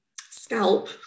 scalp